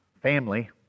family